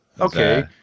okay